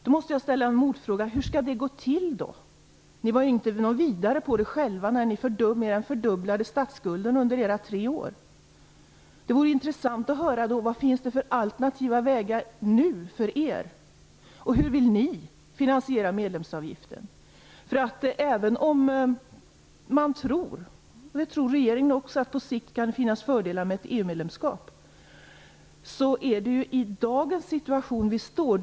Då måste jag ställa en motfråga: Hur skall det gå till? Ni var inte något vidare på det själva när ni mer än fördubblade statsskulden under era tre år vid makten. Vilka alternativa vägar finns det nu enligt er mening? Det vore intressant att få höra. Hur vill ni finansiera medlemsavgiften? Även om också regeringen tror att det på sikt kan finnas fördelar med ett EU medlemskap är det i dagens situation vi befinner oss.